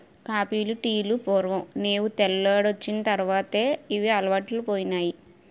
కాపీలు టీలు పూర్వం నేవు తెల్లోడొచ్చిన తర్వాతే ఇవి అలవాటైపోనాయి